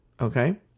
Okay